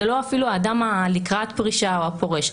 זה לא אפילו האדם לקראת הפרישה או הפורש,